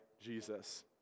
Jesus